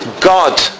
God